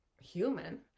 human